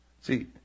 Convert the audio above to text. See